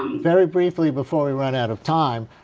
um very briefly before we run out of time,